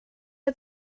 are